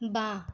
বা